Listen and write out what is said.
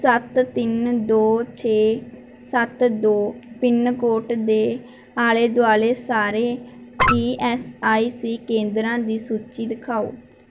ਸੱਤ ਤਿੰਨ ਦੋ ਛੇ ਸੱਤ ਦੋ ਪਿੰਨ ਕੋਡ ਦੇ ਆਲੇ ਦੁਆਲੇ ਸਾਰੇ ਈ ਐੱਸ ਆਈ ਸੀ ਕੇਂਦਰਾਂ ਦੀ ਸੂਚੀ ਦਿਖਾਓ